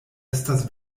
estas